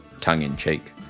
tongue-in-cheek